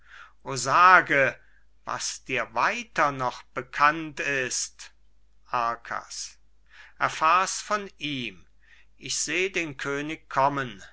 o sage was dir weiter noch bekannt ist arkas erfahr's von ihm ich seh den könig kommen